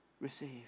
receive